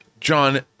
John